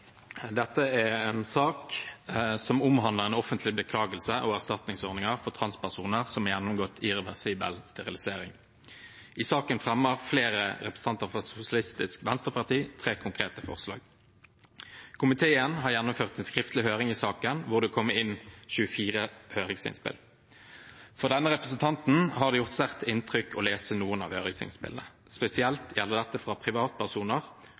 Dette er en sak som omhandler en offentlig beklagelse og erstatningsordning for transpersoner som har gjennomgått irreversibel sterilisering. I saken fremmer flere representanter fra Sosialistisk Venstreparti tre konkrete forslag. Komiteen har gjennomført en skriftlig høring i saken, hvor det kom inn 24 høringsinnspill. For denne representanten har det gjort sterkt inntrykk å lese noen av høringsinnspillene. Spesielt gjelder dette høringsinnspill fra privatpersoner,